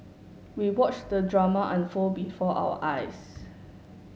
we watched the drama unfold before our eyes